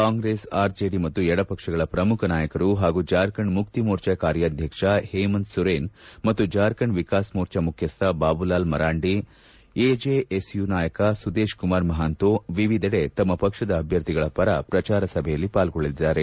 ಕಾಂಗ್ರೆಸ್ ಆರ್ಜೆಡಿ ಮತ್ತು ಎಡ ಪಕ್ಷಗಳ ಪ್ರಮುಖ ನಾಯಕರು ಹಾಗೂ ಜಾರ್ಖಂಡ್ ಮುಕ್ತಿ ಮೋರ್ಚಾ ಕಾರ್ಯಾಧ್ವಕ್ಷ ಹೇಮಂತ್ ಸೊರೇನ್ ಮತ್ತು ಜಾರ್ಖಂಡ್ ವಿಕಾಸ್ ಮೋರ್ಚಾ ಮುಖ್ಯಕ್ಕ ಬಾಬುಲಾಲ್ ಮರಾಂಡಿ ಎಜೆಎಸ್ಯು ನಾಯಕ ಸುದೇಶ್ಕುಮಾರ್ ಮಹಾಂತೊ ವಿವಿಧೆಡೆ ತಮ್ಮ ಪಕ್ಷದ ಅಭ್ಯರ್ಥಿಗಳ ಪರ ಪ್ರಚಾರ ಸಭೆಯಲ್ಲಿ ಪಾರ್ಗೊಳ್ಳಲಿದ್ದಾರೆ